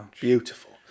Beautiful